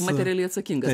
materialiai atsakingas